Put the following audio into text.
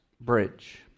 bridge